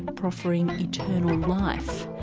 ah proffering eternal life.